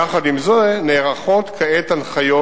יחד עם זה, נערכות כעת הנחיות